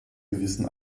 gewissen